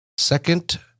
Second